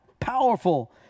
powerful